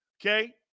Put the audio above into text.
Okay